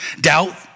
Doubt